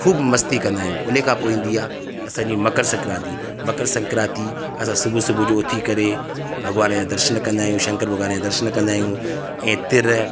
ख़ूबु मस्ती कंदा आहियूं उन खां पोइ ईंदी आहे असांजी मकर सक्रांति मकर सक्रांति असां सुबुह सुबुह जो उथी करे भॻवान जा दर्शन कंदा आहियूं ऐं तिर